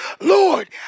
Lord